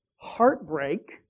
heartbreak